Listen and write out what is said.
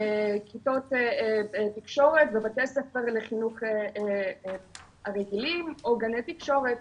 כיתות תקשורת בבתי ספר לחינוך הרגילים או גני תקשורת